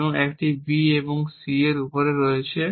এবং একটি b c এর উপর রয়েছে